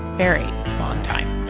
very long time